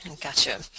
Gotcha